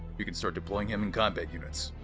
we can start deploying him in combat units.